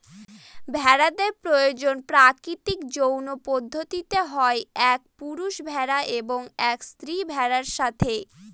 ভেড়াদের প্রজনন প্রাকৃতিক যৌন পদ্ধতিতে হয় এক পুরুষ ভেড়া এবং এক স্ত্রী ভেড়ার সাথে